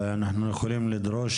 אבל אנחנו יכולים לדרוש.